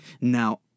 now